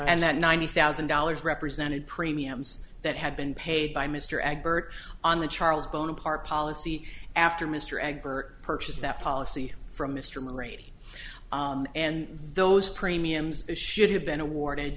and that ninety thousand dollars represented premiums that had been paid by mr and burke on the charles bonaparte policy after mr egbert purchased that policy from mr moderate and those premiums should have been awarded